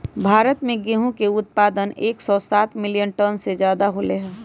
भारत में गेहूं के उत्पादन एकसौ सात मिलियन टन से ज्यादा होलय है